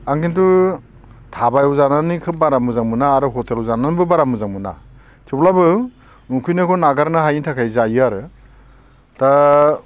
आं खिन्थु धाबायाव जानानै खोब बारा मोजां मोना आरो हटेलाव जानानैबो बारा मोजां मोना थेवब्लाबो उखैनायखौ नागारनो हायिनि थाखाय जायो आरो दा